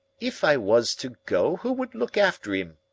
if i was to go, who would look after im?